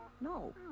No